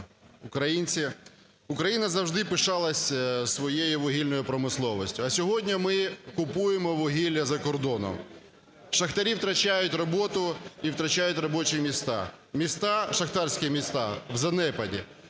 Україна завжди пишалася своєю вугільною промисловістю, а сьогодні ми купуємо вугілля за кордоном. Шахтарі втрачають роботу і втрачають робочі місця. Міста, шахтарські міста – в занепаді.